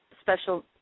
special